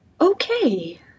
Okay